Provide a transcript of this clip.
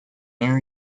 new